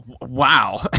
wow